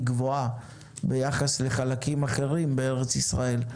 גבוהה ביחס לחלקים אחרים בארץ ישראל.